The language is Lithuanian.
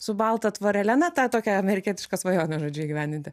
su balta tvorele na tą tokią amerikietišką svajonę žodžiu įgyvendinti